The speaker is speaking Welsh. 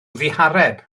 ddihareb